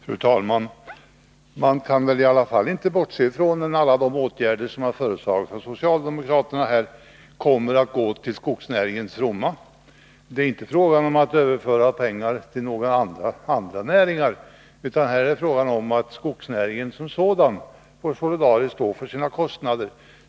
Fru talman! Man kan väl i alla fall inte bortse från att alla de åtgärder som här har föreslagits av socialdemokraterna är till skogsnäringens fromma. Det är inte fråga om att överföra pengar till några andra näringar, utan här är det fråga om att skogsnäringen som sådan solidariskt får stå för sina kostnader.